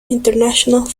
international